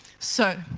so,